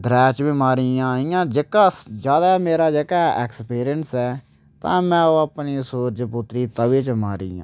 जेह्का जादा मेरा जेह्का ऐक्सपिरियंस ऐ ओह् में अपनी सूरजपुत्री तवी च मारियां